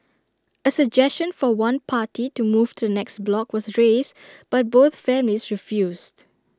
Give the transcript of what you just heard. A suggestion for one party to move to the next block was raised but both families refused